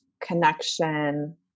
connection